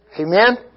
Amen